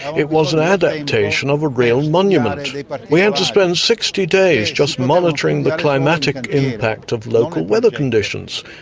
it was an adaptation of a real monument. we but had and to spend sixty days just monitoring the climatic impact of local weather conditions.